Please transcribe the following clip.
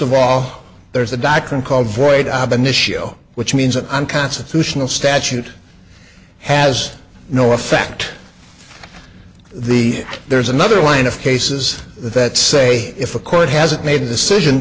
of all there's a doctrine called void ab initio which means an unconstitutional statute has no effect the there's another line of cases that say if a court hasn't made the session